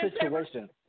situation